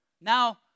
Now